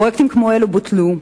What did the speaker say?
פרויקטים כמו אלה בוטלו.